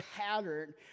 pattern